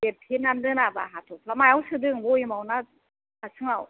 लेरथेनानै दोनाबा हाथ'फ्ला मायाव सोदों भयेमाव ना हासुङाव